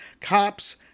Cops